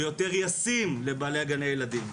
ויותר ישים לבעלי גני ילדים.